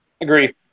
agree